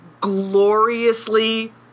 Gloriously